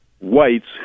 Whites